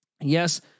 yes